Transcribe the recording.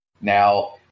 Now